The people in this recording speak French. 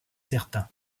certain